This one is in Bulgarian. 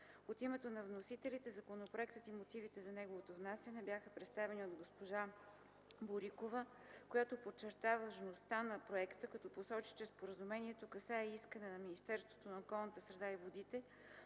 От името на вносителите, законопроектът и мотивите за неговото внасяне бяха представени от госпожа Борикова, която подчерта важността на проекта, като посочи, че споразумението касае искане на Министерството на околната среда